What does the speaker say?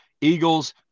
Eagles